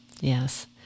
yes